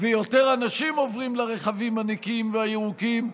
ויותר אנשים עוברים לרכבים הנקיים והירוקים,